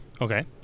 Okay